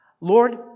Lord